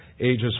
ages